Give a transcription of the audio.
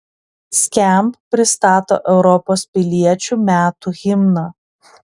skamp pristato europos piliečių metų himną